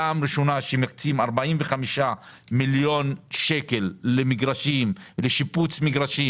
פעם ראשונה שמקצים 45 מיליון שקלים לשיפוץ מגרשים.